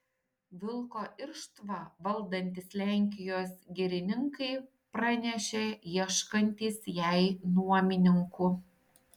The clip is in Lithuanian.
vilko irštvą valdantys lenkijos girininkai pranešė ieškantys jai nuomininkų